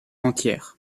entière